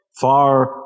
far